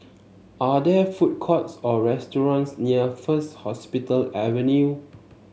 are there food courts or restaurants near First Hospital Avenue